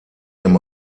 dem